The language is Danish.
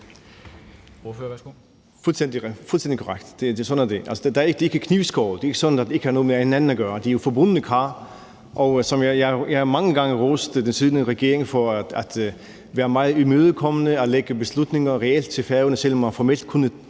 skåret med kniv; det er ikke sådan, at det ikke har noget med hinanden at gøre. Det er jo forbundne kar. Og jeg har mange gange rost den siddende regering for at være meget imødekommende, at lægge beslutningerne reelt ud til Færøerne selv, selv om man formelt kunne